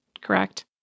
correct